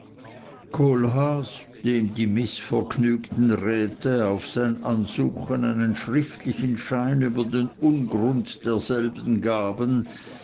die mißvergnügten räte auf sein ansuchen einen schriftlichen schein über den ungrund derselben gaben